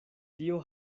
tio